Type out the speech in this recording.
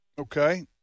Okay